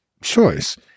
choice